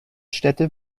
städte